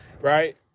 right